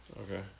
Okay